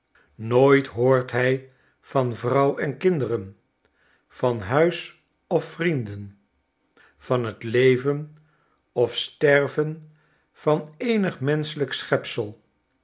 nooit hoort hij van vrouw en kinderen van huis of vrienden van t leven of sterven van eenig menschelijk schepsel